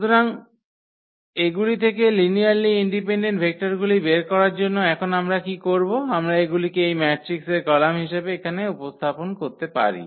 সুতরাং গুলি থেকে লিনিয়ারলি ইন্ডিপেন্ডেন্ট ভেক্টরগুলি বের করার জন্য এখন আমরা কি করবা আমরা এগুলিকে এই ম্যাট্রিক্সের কলাম হিসাবে এখানে স্থাপন করতে পারি